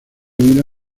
mira